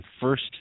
first